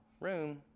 Room